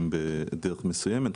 מאמינים בדרך מסוימת.